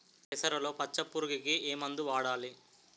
పెసరలో పచ్చ పురుగుకి ఏ మందు వాడాలి?